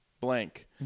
blank